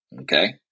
Okay